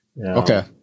Okay